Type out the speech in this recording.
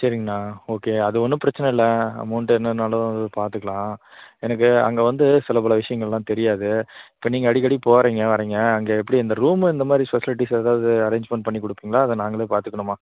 சரிங்கண்ணா ஓகே அது ஒன்றும் பிரச்சின இல்லை அமௌண்டு என்னன்னாலும் பார்த்துக்கலாம் எனக்கு அங்கே வந்து சில பல விஷயங்களெல்லாம் தெரியாது இப்போ நீங்கள் அடிக்கடி போகறீங்க வரீங்க அங்கே எப்படி இந்த ரூம் இந்த மாதிரி ஃபெசிலிட்டீஸ் ஏதாவது அரேஞ்ச்மெண்ட் பண்ணி கொடுப்பீங்களா இல்லை நாங்களே பார்த்துக்கணுமா